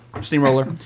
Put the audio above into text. steamroller